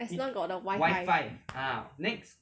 as long got the wifi